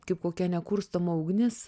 kaip kokia nekurstoma ugnis